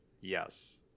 Yes